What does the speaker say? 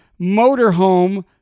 motorhome